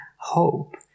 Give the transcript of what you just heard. hope